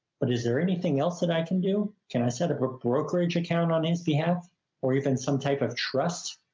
but is there anything else that i can do? joe can i set up a brokerage account on his behalf or even some type of trust?